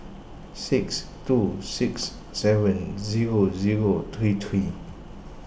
six two six seven zero zero three three